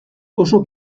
oso